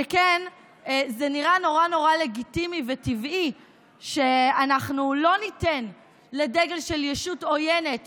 שכן זה נראה נורא לגיטימי וטבעי שאנחנו לא ניתן לדגל של ישות עוינת